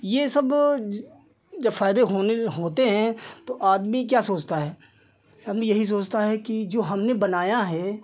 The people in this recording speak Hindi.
यह सब जब फ़ायदे होने होते हैं तो आदमी क्या सोचता है आदमी यही सोचता है कि जो हमने बनाया है